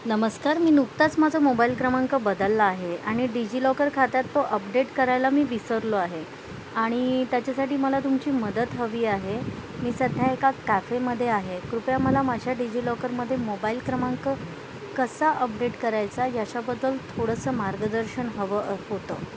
नमस्कार मी नुकताच माझा मोबाईल क्रमांक बदलला आहे आणि डिजिलॉकर खात्यात तो अपडेट करायला मी विसरलो आहे आणि त्याच्यासाठी मला तुमची मदत हवी आहे मी सध्या एका कॅफेमध्ये आहे कृपया मला माझ्या डिजिलॉकरमध्ये मोबाईल क्रमांक कसा अपडेट करायचा याच्याबद्दल थोडंसं मार्गदर्शन हवं अ होतं